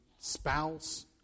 spouse